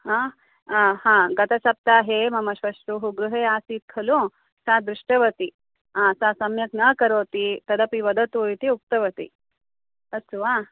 आ हा हा गतसप्ताहे मम श्वश्रूः गृहे आसीत् खलु सा दृष्टवती आ सा सम्यक् न करोति तदपि वदतु इति उक्तवती अस्तु वा